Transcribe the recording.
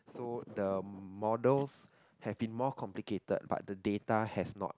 so the models have been more complicated but the data has not